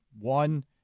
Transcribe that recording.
One-